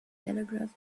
telegraph